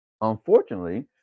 unfortunately